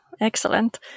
excellent